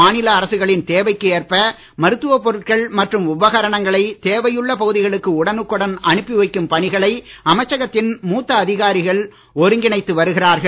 மாநில அரசுகளின் தேவைக்கு ஏற்ப மருத்துவப் பொருட்கள் மற்றும் உபகரணங்களை தேவையுள்ள பகுதிகளுக்கு உடனுக்குடன் அனுப்பி வைக்கும் பணிகளை அமைச்சகத்தின் மூத்த அதிகாரிகள் ஒருங்கிணைத்து வருகிறார்கள்